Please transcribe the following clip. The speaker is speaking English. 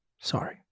Sorry